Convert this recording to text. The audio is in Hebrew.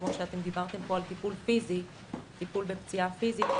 כפי שאתם דיברתם פה על טיפול בפציעה פיזית,